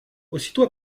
aussitôt